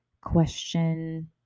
question